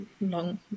long